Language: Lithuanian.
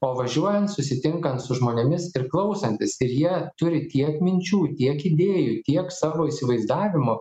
o važiuojant susitinkant su žmonėmis ir klausantis ir jie turi tiek minčių tiek idėjų tiek savo įsivaizdavimo